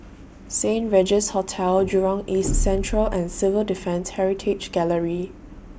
Saint Regis Hotel Jurong East Central and Civil Defence Heritage Gallery